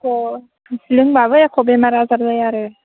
अ लोंब्लाबो एख' बेमार आजार जाया आरो